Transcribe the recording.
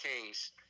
Kings